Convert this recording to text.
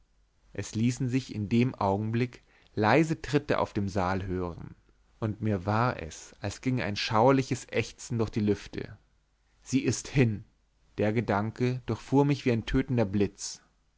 es ließen sich in dem augenblick leise tritte auf dem saal hören und mir war es als ginge ein schauerliches ächzen durch die lüfte sie ist hin der gedanke durchfuhr mich wie ein tötender blitz